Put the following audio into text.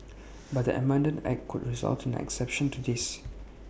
but the amended act could result an exception to this